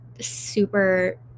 super